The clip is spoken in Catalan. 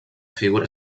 figura